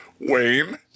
Wayne